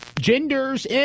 genders